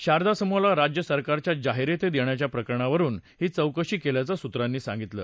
शारदा समूहाला राज्य सरकारच्या जाहिराती देण्याच्या प्रकरणावरून ही चौकशी केल्याचं सूत्रांनी सांगितलं